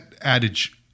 adage